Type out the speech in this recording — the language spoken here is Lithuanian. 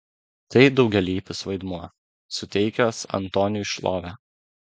tai daugialypis vaidmuo suteikęs antoniui šlovę